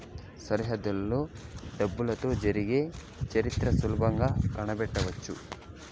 సరిహద్దులలో డబ్బులతో జరిగే చరిత్ర సులభంగా కనిపెట్టవచ్చు